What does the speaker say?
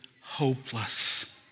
hopeless